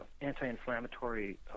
anti-inflammatory